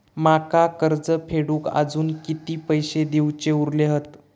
माका कर्ज फेडूक आजुन किती पैशे देऊचे उरले हत?